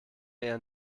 eher